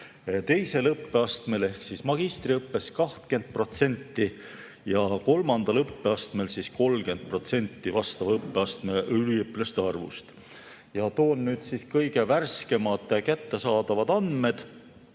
teisel õppeastmel ehk magistriõppes 20% ja kolmandal õppeastmel 30% vastava õppeastme üliõpilaste arvust. Toon kõige värskemad kättesaadavad andmed.